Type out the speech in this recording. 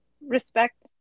respect